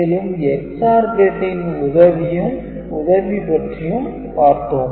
மேலும் EX - OR கேட்டின் உதவி பற்றியும் பார்த்தோம்